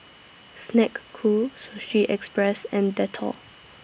Snek Ku Sushi Express and Dettol